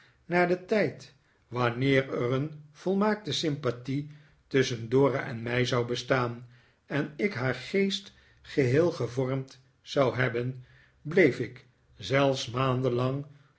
naar den tijd wanneer er een volmaakte sympathie tusschen dora en mij zou bestaan en ik haar geest geheel gevormd zou hebben bleef ik zelfs